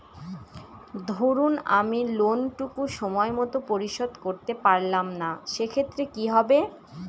ধরুন আমি লোন টুকু সময় মত পরিশোধ করতে পারলাম না সেক্ষেত্রে কি হবে?